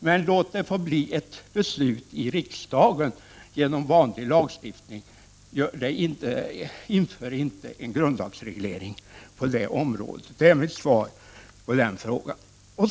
Men låt det förbli ett beslut i riksdagen genom vanlig lagstiftning, inte för inte en grundlagsreglering på det området. Det är mitt svar på denna fråga.